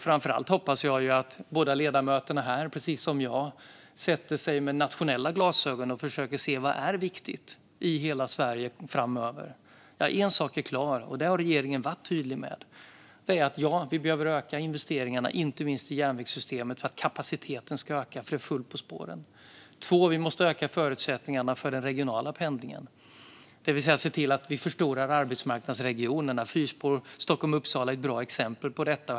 Framför allt hoppas jag att båda ledamöterna här precis som jag sätter på sig nationella glasögon och försöker se vad som är viktigt i hela Sverige framöver. En del saker är klara, och det har regeringen varit tydlig med. För det första behöver vi öka investeringarna i järnvägssystemet, för att kapaciteten ska öka; det är fullt på spåren. För det andra måste vi öka förutsättningarna för den regionala pendlingen, det vill säga se till att förstora arbetsmarknadsregionerna. Fyrspår Stockholm-Uppsala är ett bra exempel på det.